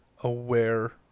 aware